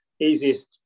easiest